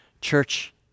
church